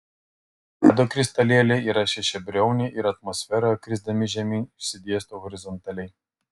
ledo kristalėliai yra šešiabriauniai ir atmosferoje krisdami žemyn išsidėsto horizontaliai